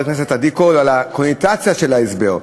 הכנסת עדי קול על הקונוטציה של ההסבר,